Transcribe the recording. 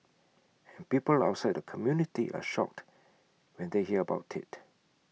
and people outside the community are shocked when they hear about IT